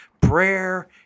prayer